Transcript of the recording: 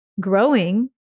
growing